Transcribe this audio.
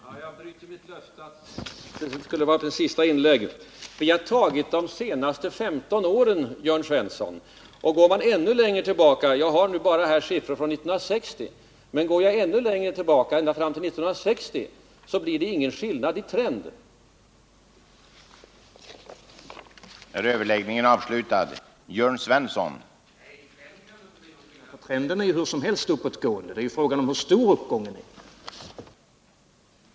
Herr talman! Jag bryter mitt löfte att det förra inlägget skulle vara mitt sista. Vi har tagit de senaste 15 åren, Jörn Svensson. Jag har alltså bara siffror för 15 år, men går man ännu längre tillbaka — till 1960 — finner man att det inte blir någon skillnad i den trend jag beskrivit.